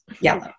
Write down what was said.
yellow